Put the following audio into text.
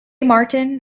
martin